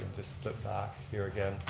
just flip back here again.